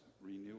renew